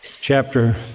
chapter